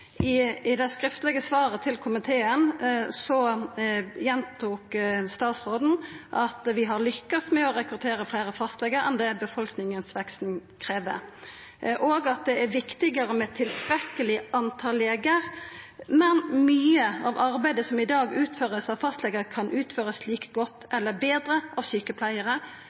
fastlegedekning.» I det skriftlege svaret til komiteen gjentok statsråden at «vi har lykkes med å rekruttere flere fastleger enn det befolkningsveksten krever», og at det «er viktig med et tilstrekkelig antall leger, men mye av det arbeidet som i dag utføres av fastleger kan utføres like godt eller bedre av sykepleiere».